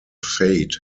fate